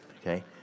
okay